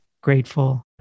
grateful